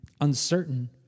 uncertain